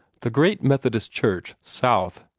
the great methodist church, south,